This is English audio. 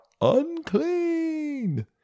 unclean